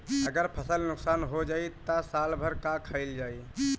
अगर फसल नुकसान हो जाई त साल भर का खाईल जाई